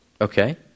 Okay